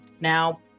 Now